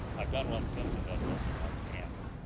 i've done one since of ed wilson out of ants.